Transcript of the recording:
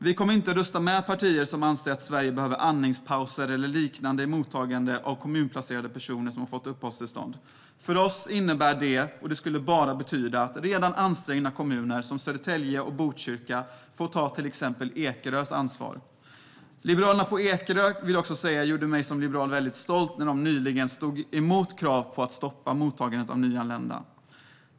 Vi kommer inte att rösta med partier som anser att Sverige behöver andningspauser eller liknande i mottagandet av kommunplacerade personer som har fått uppehållstillstånd. Det skulle bara betyda att redan ansträngda kommuner som Södertälje och Botkyrka får ta till exempel Ekerös ansvar. Jag vill säga att Liberalerna på Ekerö gjorde mig som liberal väldigt stolt när de nyligen stod emot krav på att stoppa mottagande av nyanlända.